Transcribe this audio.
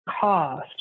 cost